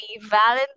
Valentine